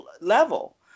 level